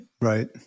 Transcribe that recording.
Right